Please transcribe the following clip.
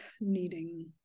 needing